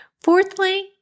Fourthly